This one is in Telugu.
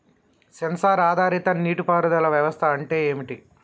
సెన్సార్ ఆధారిత నీటి పారుదల వ్యవస్థ అంటే ఏమిటి?